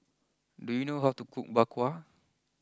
do you know how to cook Bak Kwa